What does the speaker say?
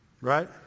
Right